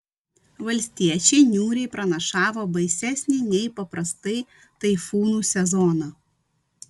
valstiečiai niūriai pranašavo baisesnį nei paprastai taifūnų sezoną